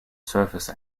surface